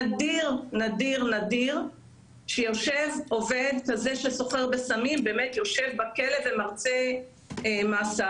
נדיר מאוד שעובד כזה שסוחר בסמים באמת יושב בכלא ומרצה מאסר,